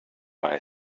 buy